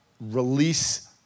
release